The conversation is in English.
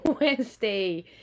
Wednesday